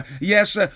Yes